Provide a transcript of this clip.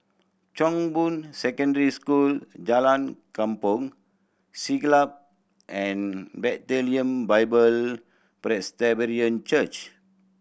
Chong Boon Secondary School Jalan Kampong Siglap and Bethlehem Bible Presbyterian Church